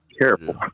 Careful